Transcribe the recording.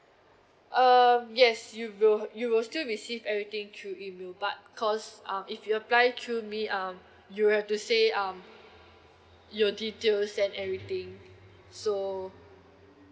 uh yes you will you will still receive everything through email but cause um if you apply through me um you have to say um your details and everything so